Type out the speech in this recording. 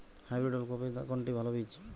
Hybrid ওল কপির কোনটি ভালো বীজ?